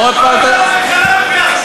כל פעם הממשלה מביאה סכום אחר.